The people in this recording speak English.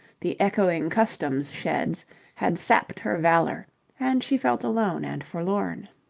the echoing customs sheds had sapped her valour and she felt alone and forlorn.